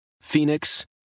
Phoenix